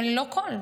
הם ללא כול,